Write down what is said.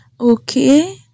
okay